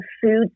food